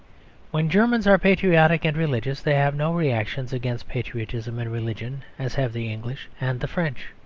when germans are patriotic and religious they have no reactions against patriotism and religion as have the english and the french.